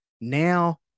now